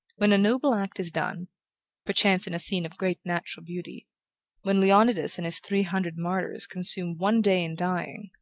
when a noble act is done perchance in a scene of great natural beauty when leonidas and his three hundred martyrs consume one day in dying,